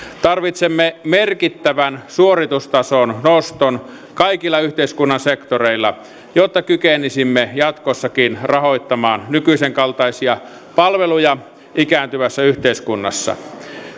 tarvitsemme merkittävän suoritustason noston kaikilla yhteiskunnan sektoreilla jotta kykenisimme jatkossakin rahoittamaan nykyisenkaltaisia palveluja ikääntyvässä yhteiskunnassa